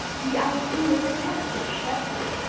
the idea that has been shattered.